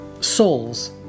souls